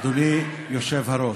אדוני היושב-ראש,